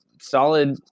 solid